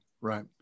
Right